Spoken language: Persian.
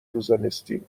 روزناستین